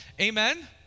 amen